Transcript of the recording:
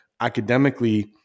academically